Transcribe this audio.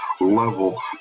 level